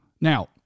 Now